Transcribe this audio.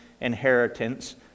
inheritance